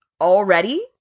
already